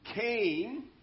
Cain